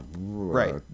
Right